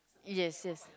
yes yes